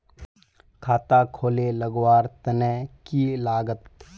खाता खोले लगवार तने की लागत?